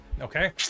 Okay